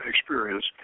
experience